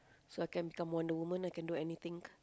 so I can become Wonder-Woman I can do anything